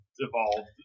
evolved